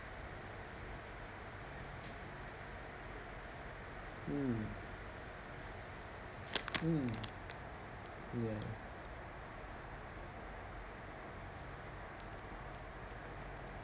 mm mm ya